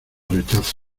rechazo